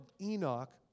Enoch